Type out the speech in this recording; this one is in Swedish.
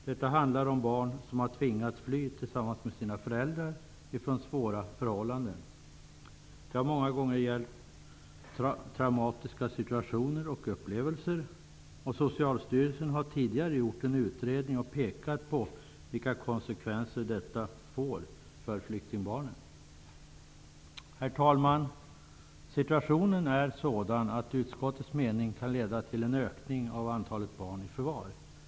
Det handlar om barn som har tvingats fly tillsammans med sina föräldrar från svåra förhållanden, och det gäller många gånger traumatiska situationer och upplevelser. Socialstyrelsen har tidigare gjort en utredning och pekat på vilka konsekvenser detta får för flyktingbarnen. Herr talman! Situationen är sådan att utskottets mening kan leda till en ökning av antalet barn i förvar.